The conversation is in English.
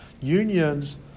unions